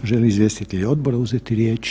Želi li izvjestitelj odbora uzeti riječ?